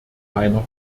meiner